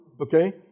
okay